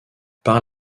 par